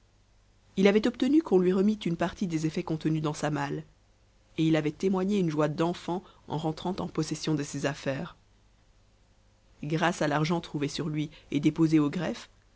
il avait obtenu qu'on lui remît une partie des effets contenus dans sa malle et il avait témoigné une joie d'enfant en rentrant en possession de ses affaires grâce à l'argent trouvé sur lui et déposé au greffe